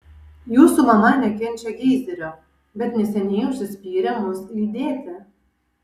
jūsų mama nekenčia geizerio bet neseniai užsispyrė mus lydėti